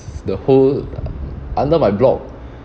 the hole under my block